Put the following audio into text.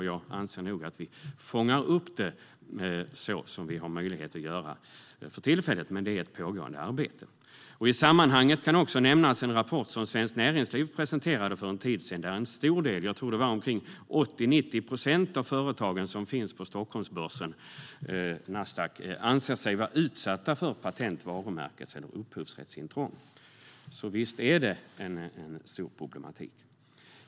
Jag anser nog att vi fångar upp det så som vi för tillfället har möjlighet att göra, men det är ett pågående arbete. I sammanhanget kan också nämnas en rapport som Svenskt Näringsliv presenterade för en tid sedan. En stor del - jag tror att det var 80-90 procent - av företagen som finns på Stockholmsbörsen, OMX Nasdaq, anser sig enligt rapporten vara utsatta för patent, varumärkes eller upphovsrättsintrång, så visst är det ett stort problem.